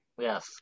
Yes